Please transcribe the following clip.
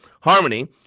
Harmony